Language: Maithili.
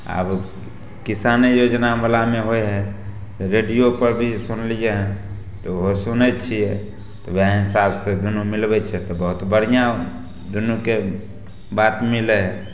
आब किसाने योजनावला मे होइ हइ रेडियोपर भी सुनलियै हँ तऽ उहो सुनय छियै तऽ वएह हिसाबसँ दुन्नू मिलबय छियै तऽ बहुत बढ़िआँ दुन्नूके बात मिलय हइ